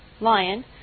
lion